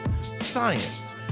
science